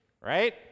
right